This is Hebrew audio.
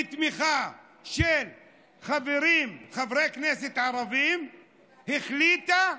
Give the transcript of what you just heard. בתמיכה של חברי כנסת ערבים החליטה: